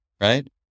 right